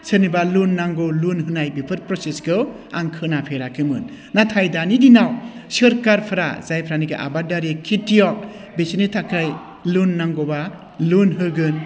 सोरनिबा लन नांगौ लन होनाय बेफोर प्रसेसखौ आं खोनाफेराखैमोन नाथाय दानि दिनाव सोरखारफ्रा जायफ्रानोखि आबादारि खेथियाव बिसोरनि थाखाय लन नांगौबा लन होगोन